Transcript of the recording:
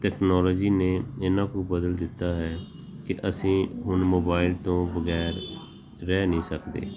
technology ਨੇ ਇੰਨਾ ਕੁ ਬਦਲ ਦਿੱਤਾ ਹੈ ਕਿ ਅਸੀਂ ਹੁਣ ਮੋਬਾਇਲ ਤੋਂ ਵਗੈਰ ਰਹਿ ਨਹੀਂ ਸਕਦੇ